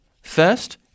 First